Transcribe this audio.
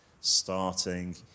starting